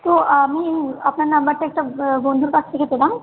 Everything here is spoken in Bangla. ও আমি আপনার নম্বরটা একটা বন্ধুর কাছ থেকে পেলাম